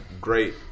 great